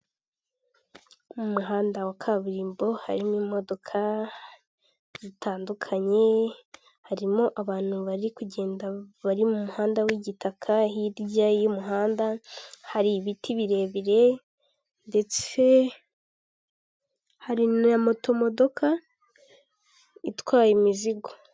Mu muhanda wa kaburimbo harimo imodoka zitandukanye harimo abantu bari kugenda bari mu muhanda w'igitaka hirya y'umuhanda hari ibiti birebire, ndetse hari na moto modoka itwaye imizigo.